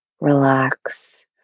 Relax